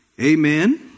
Amen